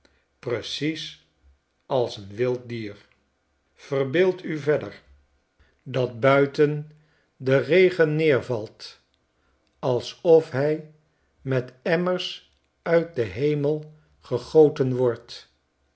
precies als een wild dier verbeeld u verder schetsen uit amertka dat buiten de regen neervalt alsof hij met emmers uit den hemel gegoten wordt